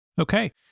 Okay